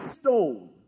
stone